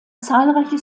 zahlreiche